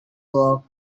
walk